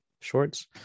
shorts